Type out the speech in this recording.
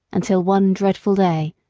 until one dreadful day,